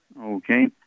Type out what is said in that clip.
Okay